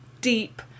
deep